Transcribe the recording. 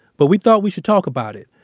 but we thought we should talk about it.